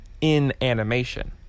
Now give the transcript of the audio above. in-animation